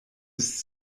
ist